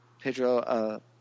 Pedro